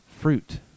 fruit